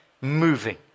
moving